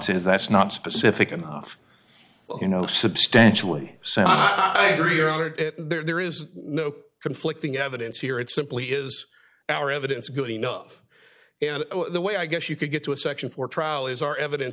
is that's not specific enough you know substantially so there is no conflicting evidence here it's simply is our evidence good enough and the way i guess you could get to a section for trial is our evidence